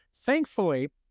Thankfully